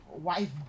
wife